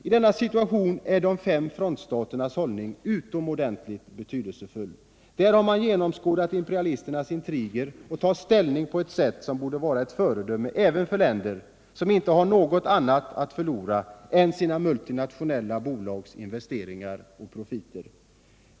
I denna situation är de fem frontstaternas hållning utomordentligt betydelsefull. Där har man genomskådat imperialisternas intriger och tagit ställning på ett sätt som borde vara ett föredöme även för länder som inte har något annat att förlora än sina multinationella bolags investeringar och profiter.